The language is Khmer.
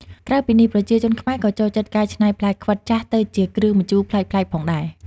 ក្រៅពីនេះ ប្រជាជនខ្មែរក៏ចូលចិត្តកែច្នៃផ្លែខ្វិតចាស់ទៅជា គ្រឿងម្ជូរប្លែកៗផងដែរ ។